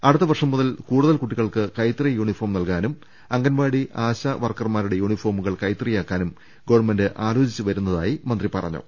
അടു ത്തവർഷം മുതൽ കൂടുതൽ കൂട്ടികൾക്ക് കൈത്തറി യൂണിഫോം നൽകാനും അംഗൺവാടി ആശാവർക്കർമാരുടെ യൂണിഫോമുക ൾ കൈത്തറിയാക്കാനും ഗവൺമെന്റ് ആലോചിച്ചു വരുന്നതായും മന്ത്രി പറഞ്ഞു